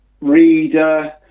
Reader